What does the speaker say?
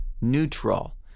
neutral